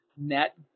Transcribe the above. net